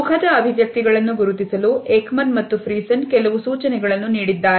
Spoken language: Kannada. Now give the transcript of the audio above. ಮುಖದ ಅಭಿವ್ಯಕ್ತಿ ಗಳನ್ನು ಗುರುತಿಸಲು ಏಕಮನ್ ಮತ್ತು ಪ್ರಿಸನ್ ಕೆಲವು ಸೂಚನೆಗಳನ್ನು ನೀಡಿದ್ದಾರೆ